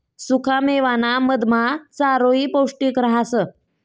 सुखा मेवाना मधमा चारोयी पौष्टिक रहास